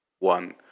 One